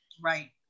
Right